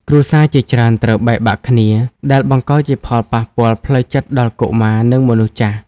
គ្រួសារជាច្រើនត្រូវបែកបាក់គ្នា ដែលបង្កជាផលប៉ះពាល់ផ្លូវចិត្តដល់កុមារ និងមនុស្សចាស់។